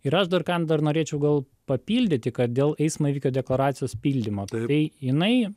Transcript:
ir aš dar kan dar norėčiau gal papildyti kad dėl eismo įvykio deklaracijos pildymo tai jinai